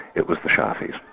it was the shafa'is.